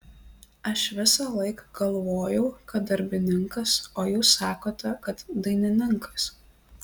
aš visąlaik galvojau kad darbininkas o jūs sakote kad dainininkas